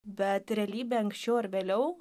bet realybė anksčiau ar vėliau